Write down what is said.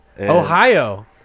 Ohio